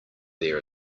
there